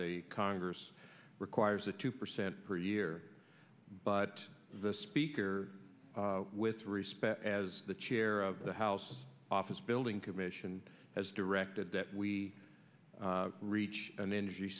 by congress requires a two percent per year but the speaker with respect as the chair of the house office building commission has directed that we reach an